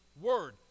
word